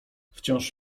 wciąż